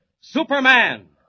Superman